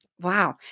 Wow